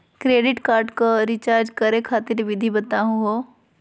Credit card क recharge करै खातिर विधि बताहु हो?